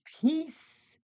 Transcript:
peace